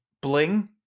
bling